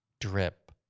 drip